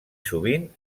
sovint